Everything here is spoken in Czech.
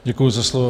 Děkuji za slovo.